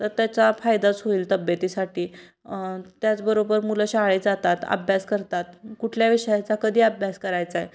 तर त्याचा फायदाच होईल तब्येतीसाठी त्याचबरोबर मुलं शाळेत जातात अभ्यास करतात कुठल्या विषयाचा कधी अभ्यास करायचा आहे